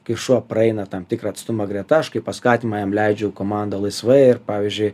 kai šuo praeina tam tikrą atstumą greta aš kaip paskatinimą jam leidžiu komandą laisvai ir pavyzdžiui